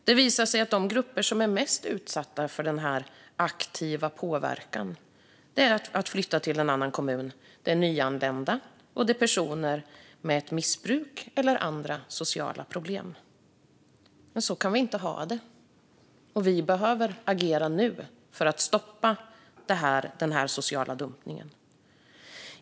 Det visar sig att de grupper som är mest utsatta för denna aktiva påverkan att flytta till en annan kommun är nyanlända och personer med missbruk eller andra sociala problem. Så kan vi inte ha det. Vi behöver agera nu för att stoppa den sociala dumpningen.